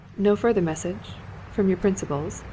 no further message from your principals?